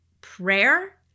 prayer